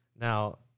Now